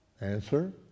Answer